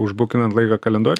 užbukinan laiką kalendoriuj